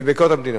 ביקורת המדינה.